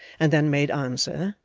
and then made answer,